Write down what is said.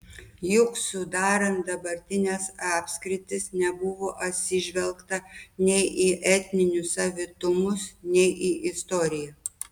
juk sudarant dabartines apskritis nebuvo atsižvelgta nei į etninius savitumus nei į istoriją